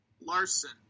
Larson